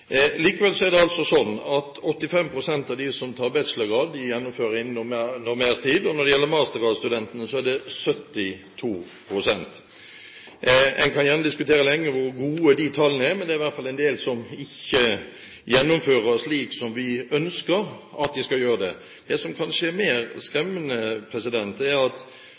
Likevel er det altså sånn at 85 pst. av dem som tar bachelorgrad, gjennomfører innen normert tid. Når det gjelder mastergradstudentene, er det 72 pst. En kan gjerne diskutere lenge hvor gode disse tallene er, men det er i hvert fall en del som ikke gjennomfører slik vi ønsker at de skal gjøre. Det som kanskje er mer skremmende, er at